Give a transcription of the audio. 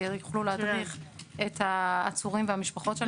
שהם יוכלו להדריך את העצורים והמשפחות שלהם איך לבצע.